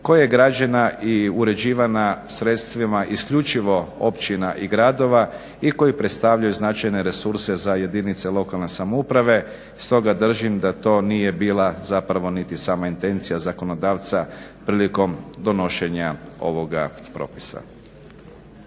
koja je građena i uređivana sredstvima isključivo općina i gradova i koji predstavljaju značajne resurse za jedinice lokalne samouprave. Stoga držim da to nije bila zapravo niti samo intencija zakonodavca prilikom donošenja ovoga propisa.